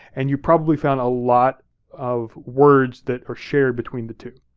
and you probably found a lot of words that are shared between the two.